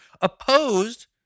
opposed